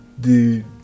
Dude